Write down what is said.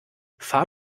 fahr